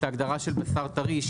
שהגדרה של בשר טרי,